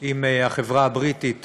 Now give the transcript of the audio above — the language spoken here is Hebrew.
עם החברה הבריטית